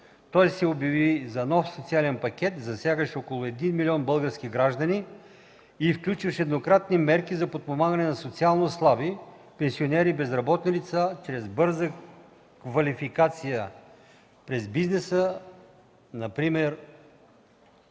Той се обяви за нов социален пакет, засягащ около един милион български граждани и включващ еднократни мерки за подпомагане на социално слаби, пенсионери, безработни лица чрез бърза квалификация през бизнеса например